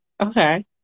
okay